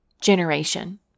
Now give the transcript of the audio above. generation